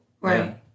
Right